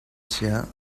chiah